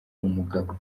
umugabo